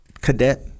Cadet